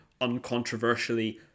uncontroversially